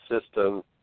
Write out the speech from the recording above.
system